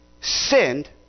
sinned